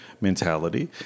mentality